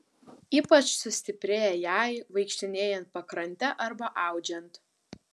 ypač sustiprėja jai vaikštinėjant pakrante arba audžiant